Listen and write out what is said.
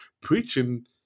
preaching